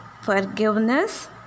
forgiveness